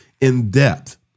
in-depth